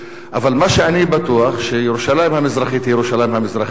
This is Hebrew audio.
אבל מה שאני בטוח זה שירושלים המזרחית היא ירושלים המזרחית,